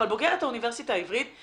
אבל בוגרת האוניברסיטה העברית,